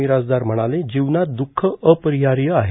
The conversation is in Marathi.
मिरासदार म्हणाले जीवनात द्रःख अपरिहार्य आहे